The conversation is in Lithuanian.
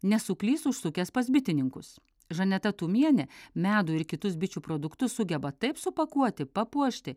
nesuklys užsukęs pas bitininkus žaneta tumienė medų ir kitus bičių produktus sugeba taip supakuoti papuošti